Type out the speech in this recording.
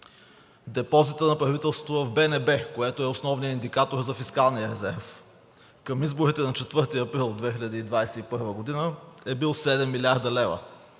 Депозитът на правителството в БНБ, което е основният индикатор за фискалния резерв, към изборите на 4 април 2021 г. е бил 7 млрд. лв.,